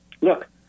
Look